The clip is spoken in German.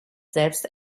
selbst